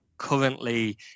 Currently